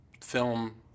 film